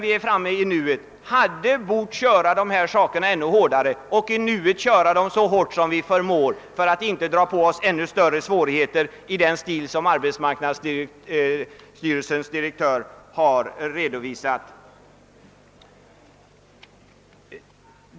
Vi borde därför tidigare ha drivit de här sakerna ännu hårdare, och vi bör i nuet driva dem så hårt vi förmår för att inte dra på oss ytterligare svårigheter av den typ som arbetsmarknadsstyrelsens direktör har redovisat.